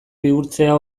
bihurtzea